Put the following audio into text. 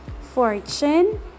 Fortune